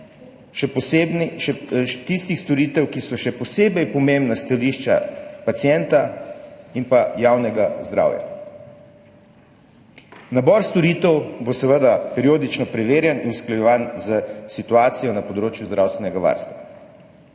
še posebej tistih storitev, ki so še posebej pomembne s stališča pacienta in javnega zdravja. Nabor storitev bo seveda periodično preverjan in usklajevan s situacijo na področju zdravstvenega varstva.